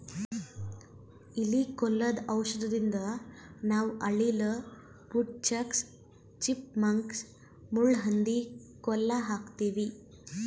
ಇಲಿ ಕೊಲ್ಲದು ಔಷಧದಿಂದ ನಾವ್ ಅಳಿಲ, ವುಡ್ ಚಕ್ಸ್, ಚಿಪ್ ಮಂಕ್ಸ್, ಮುಳ್ಳಹಂದಿ ಕೊಲ್ಲ ಹಾಕ್ತಿವಿ